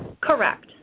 Correct